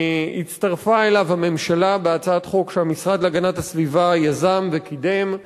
הצטרפה אליו הממשלה בהצעת חוק שהמשרד להגנת הסביבה יזם וקידם.